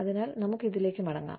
അതിനാൽ നമുക്ക് ഇതിലേക്ക് മടങ്ങാം